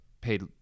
paid